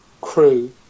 crew